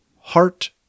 heart